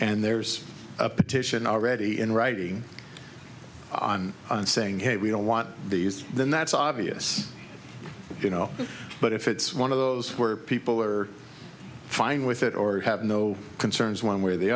and there's a petition already in writing on and saying hey we don't want these then that's obvious you know but if it's one of those where people are fine with it or have no concerns one way or the